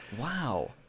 Wow